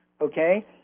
okay